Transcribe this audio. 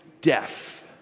death